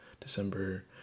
December